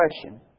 question